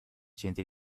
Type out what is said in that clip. centri